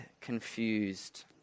confused